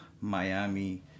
Miami